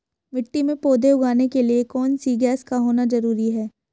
मिट्टी में पौधे उगाने के लिए कौन सी गैस का होना जरूरी है?